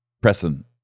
pressing